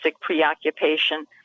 preoccupation